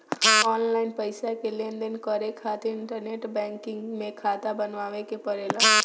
online पईसा के लेनदेन करे खातिर इंटरनेट बैंकिंग में खाता बनावे के पड़ेला